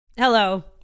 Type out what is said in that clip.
Hello